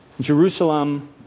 Jerusalem